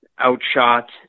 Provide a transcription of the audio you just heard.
Outshot